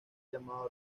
llamado